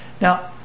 Now